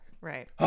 Right